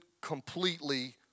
completely